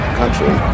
country